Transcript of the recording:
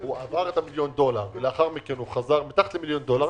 הוא עבר את המיליון דולר ולאחר מכן הוא חזר להיות מתחת למיליון דולר,